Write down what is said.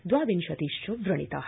द्विविंशतिश्च वणिता